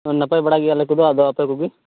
ᱱᱟᱯᱟᱭ ᱵᱟᱲᱟ ᱜᱮᱭᱟᱞᱮ ᱟᱞᱮ ᱠᱚᱫᱚ ᱟᱫᱚ ᱟᱯᱮ ᱠᱚᱜᱮ